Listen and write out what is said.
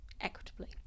equitably